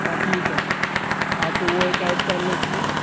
ہاں ٹھیک ہے ہاں تو وہ ایک ایڈ کر لو اُس میں